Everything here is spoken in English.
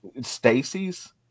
Stacy's